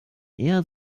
eher